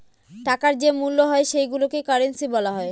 টাকার যে মূল্য হয় সেইগুলোকে কারেন্সি বলা হয়